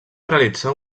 realitzar